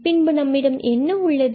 பின்பு நம்மிடம் என்ன உள்ளது